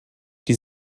die